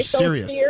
serious